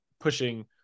pushing